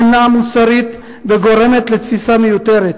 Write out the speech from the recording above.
היא אינה מוסרית וגורמת לתסיסה מיותרת.